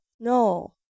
No